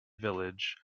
village